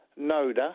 Noda